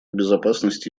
безопасности